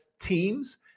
teams